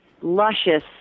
luscious